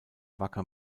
wacker